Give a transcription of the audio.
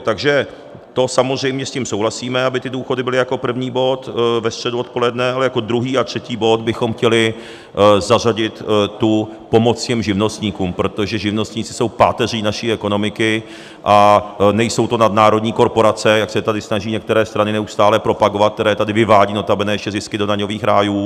Takže samozřejmě souhlasíme s tím, aby ty důchody byly jako první bod ve středu odpoledne, ale jako druhý a třetí bod bychom chtěli zařadit pomoc živnostníkům, protože živnostníci jsou páteří naší ekonomiky a nejsou to nadnárodní korporace, jak se tady snaží některé strany neustále propagovat, které tady vyvádí notabene ještě zisky do daňových rájů.